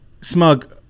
Smug